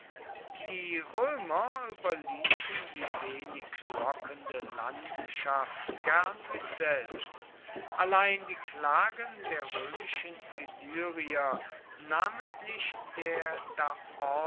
die römer überließen die wenig lockende landschaft gern sich selbst allein die klagen der römischen illyrier namentlich der